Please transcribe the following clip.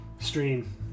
stream